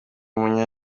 munya